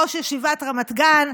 ראש ישיבת רמת גן.